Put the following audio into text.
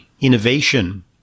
innovation